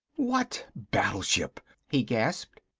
what battleship! he gasped.